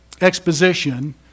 exposition